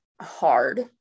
hard